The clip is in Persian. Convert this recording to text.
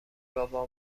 بابا